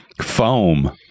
foam